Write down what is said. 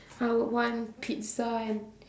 I would want pizza and